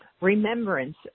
remembrance